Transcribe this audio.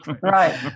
Right